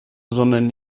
sondern